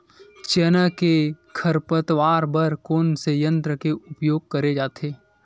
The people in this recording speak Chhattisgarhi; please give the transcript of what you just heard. चना के खरपतवार बर कोन से यंत्र के उपयोग करे जाथे?